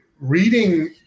reading